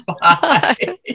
Bye